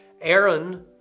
Aaron